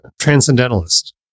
Transcendentalist